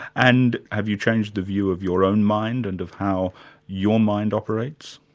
and have you changed the view of your own mind and of how your mind operates?